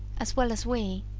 as well as we